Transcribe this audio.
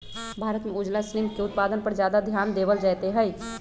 भारत में उजला श्रिम्फ के उत्पादन पर ज्यादा ध्यान देवल जयते हई